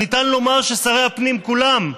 הניתן לומר ששרי הפנים כולם,